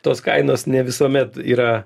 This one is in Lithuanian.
tos kainos ne visuomet yra